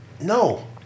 No